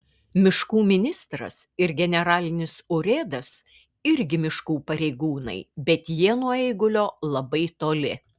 miškų ministras ir generalinis urėdas irgi miškų pareigūnai bet jie nuo eigulio labai toli